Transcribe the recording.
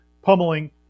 pummeling